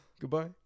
goodbye